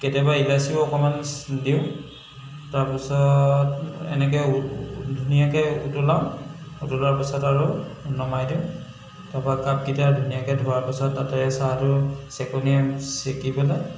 কেতিয়াবা ইলাছিও অকণমান দিওঁ তাৰ পিছত এনেকৈ ধুনীয়াকৈ উতলাও উতলোৱাৰ পাছত আৰু নমাই দিওঁ তাৰ পৰা কাপকেইটা ধুনীয়াকৈ ধোৱাৰ পাছত তাতে চাহটো চেকনিৰে চেকি পেলাই